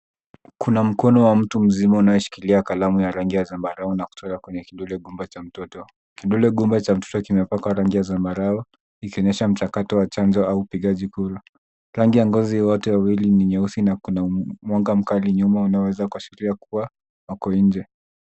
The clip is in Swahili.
Kuna mkono wa mtu mzima unaoshikilia kalamu ya rangi ya zambarau na kutoka kwenye kidole gumba cha mtoto. Kidole gumba cha mtoto kimepakwa rangi ya zambarau, ikionyesha mchakato wa chanjo au upigaji kura. Rangi ya ngozi yote wili ni nyeusi, na kuna mwanga mkali nyuma, unaoweza kuashiria kuwa wako nje.